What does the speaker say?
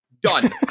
Done